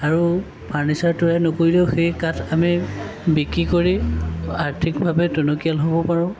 আৰু ফাৰ্ণিচাৰ তৈয়াৰ নকৰিলেও সেই কাঠ আমি বিক্ৰী কৰি আৰ্থিকভাৱে টনকিয়াল হ'ব পাৰোঁ